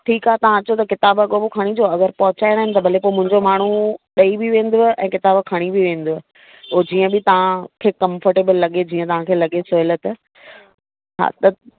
ठीकु आहे तव्हां अचो त किताबु अॻो पोइ खणी अचो अगरि पहुचाइणनि त भले पोइ मुंहिंजो माण्हू ॾेई बि वेंदव ऐं किताब खणी बि वेंदव पोइ जीअं बि तव्हांखे कम्फरटेबल लॻे जीअं तव्हांखे लॻे सहुलियत हा त